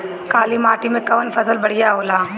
काली माटी मै कवन फसल बढ़िया होला?